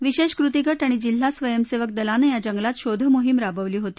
विशेष कृती गट आणि जिल्हा स्वयंसेवक दलानं या जंगलात शोधमोहीम राबवली होती